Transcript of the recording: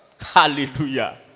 hallelujah